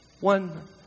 One